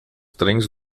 trens